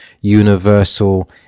universal